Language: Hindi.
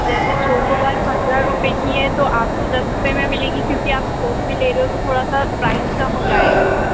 जैसे चोकोबार पन्द्रह रुपये की है तो आपको दस रुपये में मिलेगी क्योंकि आप थोक में ले रहे हो तो थोड़ा सा प्राइस कम हो जाएगा उसका